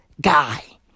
guy